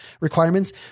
requirements